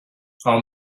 our